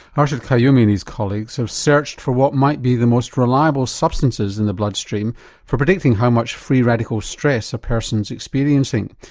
arshed quyyumi and his colleagues have so searched for what might be the most reliable substances in the blood stream for predicting how much free radical stress a person is experiencing.